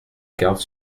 garde